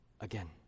again